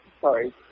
Sorry